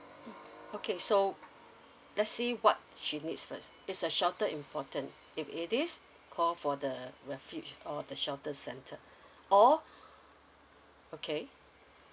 mm okay so let's see what she needs first is the shelter important if it is call for the refuge of the shelter center or okay